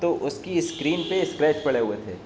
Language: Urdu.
تو اس کی اسکرین پہ اسکریچ پڑے ہوئے تھے